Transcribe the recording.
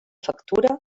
factura